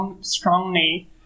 strongly